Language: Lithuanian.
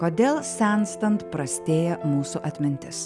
kodėl senstant prastėja mūsų atmintis